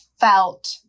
felt